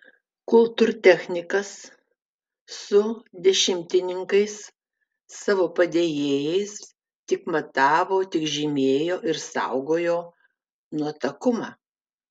kultūrtechnikas su dešimtininkais savo padėjėjais tik matavo tik žymėjo ir saugojo nuotakumą